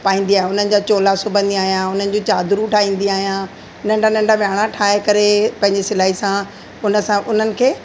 पाईंदी आहियां उन्हनि जा चोला सिबंदी आहियां हुननि जूं चाधरुं आहियां नंढा नंढा विहाणा ठाहे करे पंहिंजी सिलाई सां उन सां उन्हनि खे